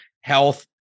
health